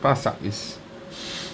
pasar is